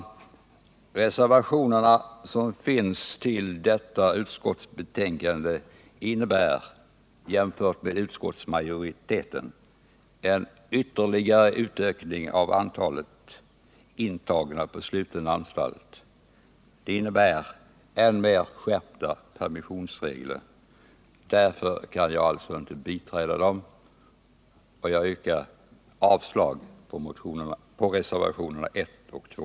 Förslagen i reservationerna vid utskottets betänkande innebär jämfört med utskottsmajoritetens förslag en ytterligare utökning av antalet intagna på sluten anstalt och än mer skärpta permissionsregler. Jag kan därför inte biträda dem. Jag yrkar avslag på reservationerna 1 och 2.